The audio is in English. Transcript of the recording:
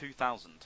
2000